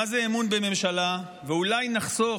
מה זה אמון בממשלה, ואולי נחסוך